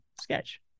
sketch